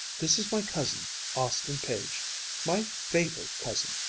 this is my cousin austin page my favorite cousin!